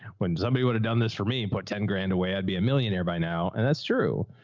when somebody would have done this for me and put ten grand away, i'd be a millionaire by now. and that's true.